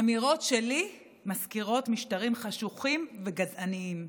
אמירות שלי מזכירות משטרים חשוכים וגזעניים.